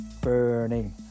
Burning